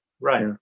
right